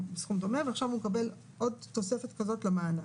דומה, ועכשיו הוא מקבל עוד תוספת כזאת למענק.